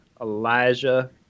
Elijah